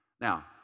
Now